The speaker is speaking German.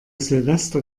silvester